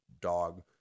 dog